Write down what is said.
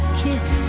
kiss